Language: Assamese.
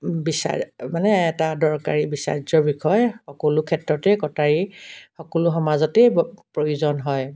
বিচাৰে মানে এটা দৰকাৰী বিচাৰ্যৰ বিষয় সকলো ক্ষেত্ৰতে কটাৰী সকলো সমাজতে ব প্ৰয়োজন হয়